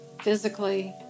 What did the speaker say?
physically